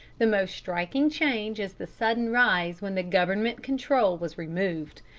the most striking change is the sudden rise when the government control was removed.